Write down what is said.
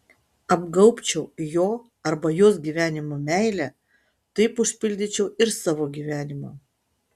apgaubčiau jo arba jos gyvenimą meile taip užpildyčiau ir savo gyvenimą